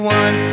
one